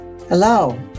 Hello